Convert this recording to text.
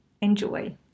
Enjoy